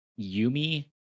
Yumi